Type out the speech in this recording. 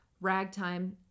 ragtime